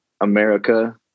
America